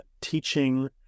teaching